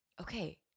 okay